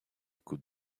could